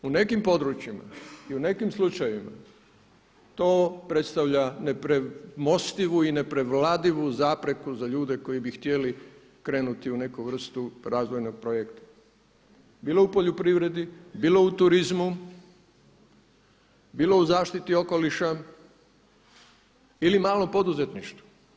U nekim područjima i u nekim slučajevima to predstavlja nepremostivu i neprevladivuu zapreku za ljude koji bi htjeli krenuti u neku vrstu razvojnog projekta bilo u poljoprivredi, bilo u turizmu, bilo u zaštiti okoliša ili malom poduzetništvu, neprevladivu.